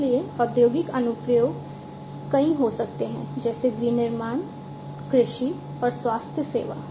इसलिए औद्योगिक अनुप्रयोग कई हो सकते हैं जैसे विनिर्माण कृषि और स्वास्थ्य सेवा